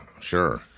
Sure